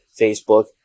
Facebook